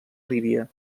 líbia